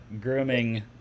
grooming